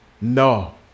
No